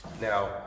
Now